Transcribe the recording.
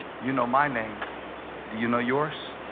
you know my name do you know yours